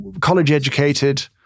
college-educated